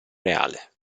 reale